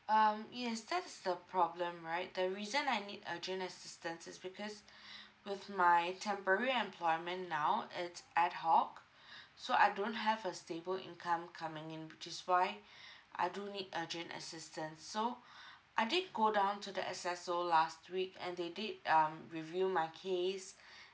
um yes that is the problem right the reason I need urgent assistance is because with my temporary employment now it's ad hoc so I don't have a stable income coming in which is why I do need urgent assistance so I did go down to the S_S_O last week and they did um review my case